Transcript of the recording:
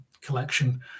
collection